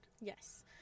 yes